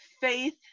faith